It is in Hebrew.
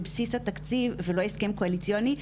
בבסיס התקציב ולא הסכם קואליציוני,